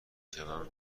جوم